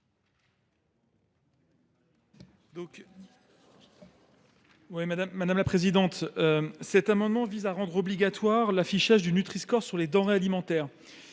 Xavier Iacovelli. Cet amendement vise à rendre obligatoire l’affichage du Nutri score sur les denrées alimentaires.